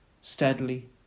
steadily